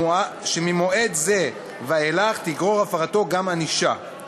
שממועד זה ואילך תגרור הפרתו גם ענישה.